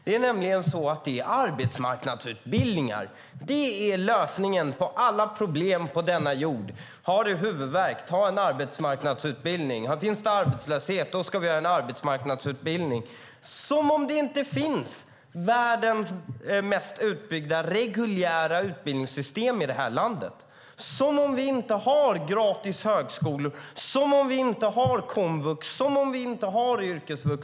Det är nämligen så att arbetsmarknadsutbildningar är lösningen på alla problem på denna jord. Har du huvudvärk, ta en arbetsmarknadsutbildning! Finns det arbetslöshet ska vi ha en arbetsmarknadsutbildning. Det låter som om inte världens mest utbyggda reguljära utbildningssystem finns i det här landet, som om vi inte har gratis högskolor, som om vi inte har komvux och som vi inte har yrkesvux.